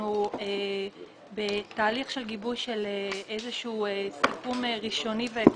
אנחנו בתהליך של גיבוש איזשהו סיכום ראשוני ועקרוני,